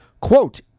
quote